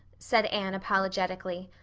said anne apologetically,